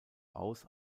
aus